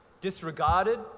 Disregarded